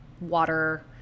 water